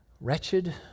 Wretched